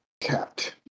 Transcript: Cat